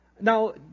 Now